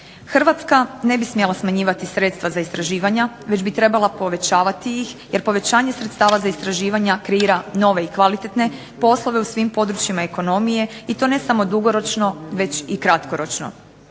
Hrvatska ne bi smjela smanjivati sredstva za istraživanja, već bi trebala povećavati ih, jer povećanje sredstava za istraživanja kreira nove i kvalitetne poslove u svim područjima ekonomije i to ne samo dugoročno već i kratkoročno.